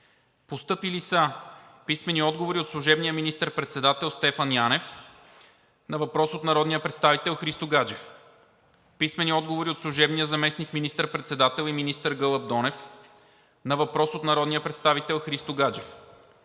Постъпили са писмени отговори от: - служебния министър-председател Стефан Янев на въпрос от народния представител Христо Гаджев; - служебния заместник министър-председател и министър Гълъб Донев на въпрос от народния представител Христо Гаджев;